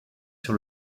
sur